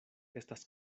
estas